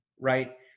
right